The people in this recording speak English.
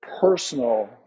personal